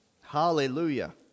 Hallelujah